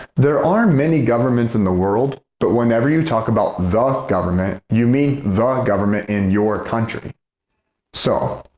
there are many governments in the world, but whenever you talk about the government, you mean the government in your country so,